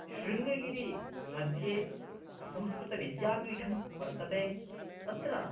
शृङ्गगिरिमध्ये संस्कृतविद्यापीठं वर्तते तत्र